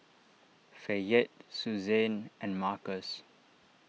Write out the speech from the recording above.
Fayette Susann and Markus